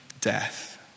death